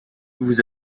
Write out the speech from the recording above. vous